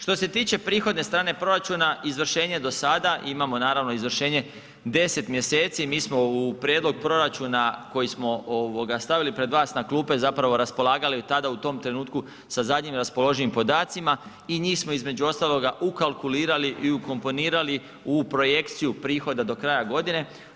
Što se tiče prihodne strane proračuna izvršenje do sada, imamo naravno izvršenje 10 mjeseci, mi smo u prijedlog proračuna koji smo stavili pred vas na klupe zapravo raspolagali tada u tom trenutku sa zadnjim raspoloživim podacima i njih smo između ostaloga ukalkulirali i ukomponirali u projekciju prihoda do kraja godine.